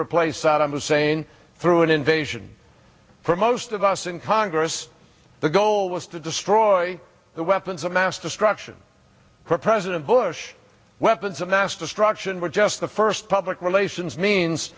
replace saddam hussein through an invasion for most of us in congress the goal was to destroy the weapons of mass destruction president bush weapons of mass destruction were just the first public relations means